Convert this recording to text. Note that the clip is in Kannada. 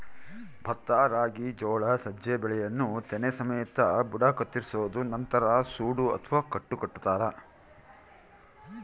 ಭತ್ತ ರಾಗಿ ಜೋಳ ಸಜ್ಜೆ ಬೆಳೆಯನ್ನು ತೆನೆ ಸಮೇತ ಬುಡ ಕತ್ತರಿಸೋದು ನಂತರ ಸೂಡು ಅಥವಾ ಕಟ್ಟು ಕಟ್ಟುತಾರ